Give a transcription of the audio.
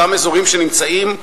אותם אזורים שנמצאים,